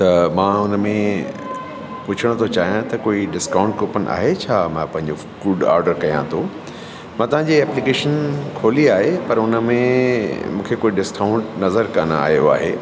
त मां उनमें पुछण थो चाहियां त कोई डिस्काउंट कूपन आहे छा मां पंहिंजो फूड ऑडर कयां थो मां तव्हांजी एप्लीकेशन खोली आहे पर उनमें मूंखे कोई डिस्काउंट नज़र कोन आयो आहे